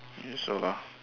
guess so lah